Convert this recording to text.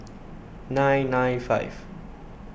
nine nine five